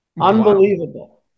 Unbelievable